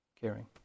caring